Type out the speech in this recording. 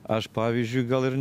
aš pavyzdžiui gal ir